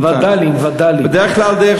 וד"לים, וד"לים.